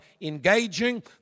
Engaging